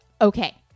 okay